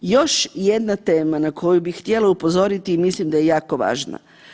Još jedna tema na koju bih htjela upozoriti i mislim da je jako važna.